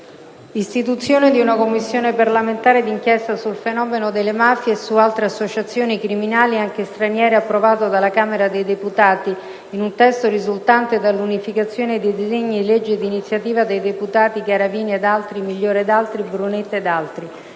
***Istituzione di una Commissione parlamentare di inchiesta sul fenomeno delle mafie e sulle altre associazioni criminali, anche straniere*** *(Approvato dalla Camera dei deputati in un testo risultante dall'unificazione dei disegni di legge d'iniziativa dei deputati Garavini ed altri, Migliore ed altri, Brunetta ed altri)*